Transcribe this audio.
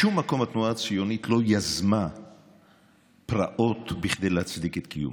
בשום מקום התנועה הציונית לא יזמה פרעות כדי להצדיק את קיומה.